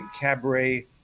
Cabaret